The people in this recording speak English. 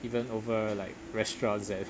even over like restaurants that